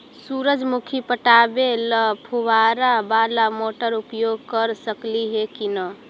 सुरजमुखी पटावे ल फुबारा बाला मोटर उपयोग कर सकली हे की न?